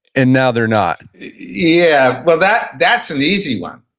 and now they're not yeah, well that, that's an easy one.